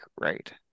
right